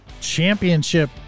Championship